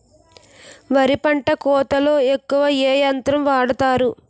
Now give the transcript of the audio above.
వరి పంట కోతలొ ఎక్కువ ఏ యంత్రం వాడతారు?